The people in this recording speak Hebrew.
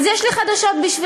אז יש לי חדשות בשבילכם.